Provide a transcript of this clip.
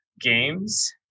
games